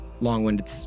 Long-winded